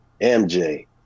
MJ